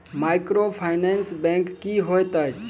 Microfinance bank की होइत अछि?